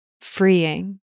freeing